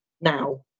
now